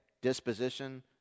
disposition